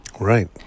Right